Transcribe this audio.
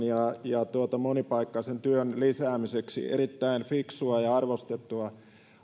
ja ja monipaikkaisen työn lisäämiseksi erittäin fiksua ja arvostettua